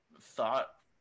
thought